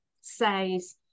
says